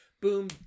boom